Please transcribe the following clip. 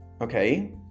okay